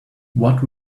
what